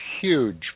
huge